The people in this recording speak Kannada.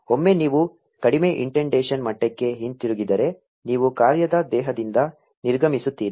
ಒಮ್ಮೆ ನೀವು ಕಡಿಮೆ ಇಂಡೆಂಟೇಶನ್ ಮಟ್ಟಕ್ಕೆ ಹಿಂತಿರುಗಿದರೆ ನೀವು ಕಾರ್ಯದ ದೇಹದಿಂದ ನಿರ್ಗಮಿಸುತ್ತೀರಿ